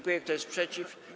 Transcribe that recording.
Kto jest przeciw?